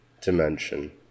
dimension